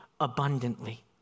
abundantly